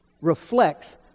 reflects